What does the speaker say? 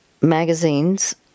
magazines